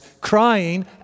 crying